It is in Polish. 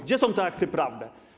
Gdzie są te akty prawne?